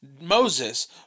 Moses